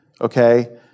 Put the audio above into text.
okay